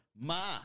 Ma